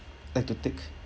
like to take